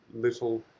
little